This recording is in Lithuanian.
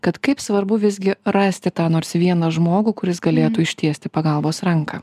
kad kaip svarbu visgi rasti tą nors vieną žmogų kuris galėtų ištiesti pagalbos ranką